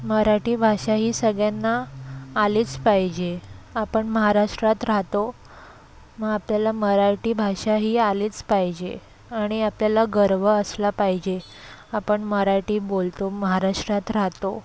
मराठी भाषा ही सगळ्यांना आलीच पाहिजे आपण महाराष्ट्रात राहतो मग आपल्याला मराठी भाषा ही आलीच पाहिजे आणि आपल्याला गर्व असला पाहिजे आपण मराठी बोलतो महाराष्ट्रात राहतो